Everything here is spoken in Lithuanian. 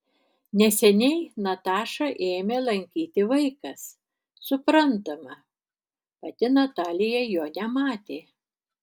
neseniai natašą ėmė lankyti vaikas suprantama pati natalija jo nematė